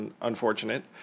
unfortunate